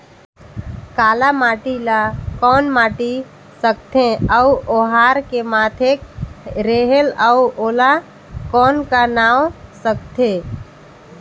काला माटी ला कौन माटी सकथे अउ ओहार के माधेक रेहेल अउ ओला कौन का नाव सकथे?